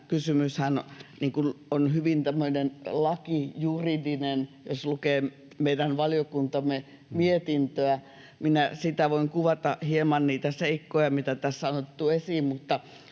tämä kysymyshän on hyvin tämmöinen lakijuridinen, jos lukee meidän valiokuntamme mietintöä. Voin kuvata hieman niitä seikkoja, mitä tässä on otettu esiin,